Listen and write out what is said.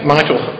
Michael